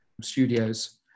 studios